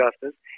justice